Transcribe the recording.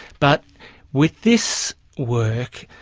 but with this work,